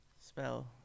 Spell